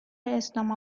اسلام